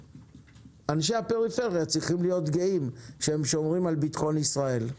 אנשי הפריפריה צריכים להיות גאים שהם שומרים על בטחון ישראל.